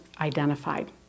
identified